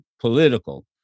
political